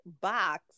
box